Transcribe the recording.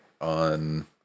on